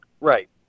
Right